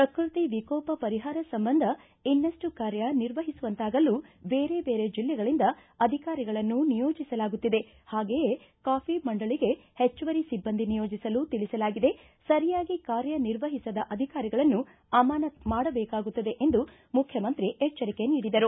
ಪ್ರಕೃತಿ ವಿಕೋಪ ಪರಿಹಾರ ಸಂಬಂಧ ಇನ್ನಷ್ಟು ಕಾರ್ಯ ನಿರ್ವಹಿಸುವಂತಾಗಲು ದೇರೆ ಬೇರೆ ಜಿಲ್ಲೆಗಳಿಂದ ಅಧಿಕಾರಿಗಳನ್ನು ನಿಯೋಜಿಸಲಾಗುತ್ತಿದೆ ಹಾಗೆಯೇ ಕಾಫಿ ಮಂಡಳಿಗೆ ಹೆಚ್ಚುವರಿ ಸಿಬ್ಬಂದಿ ನಿಯೋಜಿಸಲು ತಿಳಿಸಲಾಗಿದೆ ಸರಿಯಾಗಿ ಕಾರ್ಯ ನಿರ್ವಹಿಸದ ಅಧಿಕಾರಗಳನ್ನು ಅಮಾನತು ಮಾಡಬೇಕಾಗುತ್ತದೆ ಎಂದು ಮುಖ್ಯಮಂತ್ರಿ ಎಚ್ಚರಿಕೆ ನೀಡಿದರು